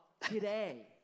today